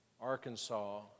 Arkansas